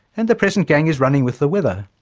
and the present gang is running with the weather.